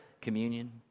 communion